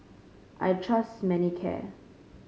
I trust Manicare